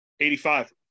85